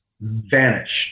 vanished